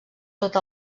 tot